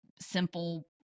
simple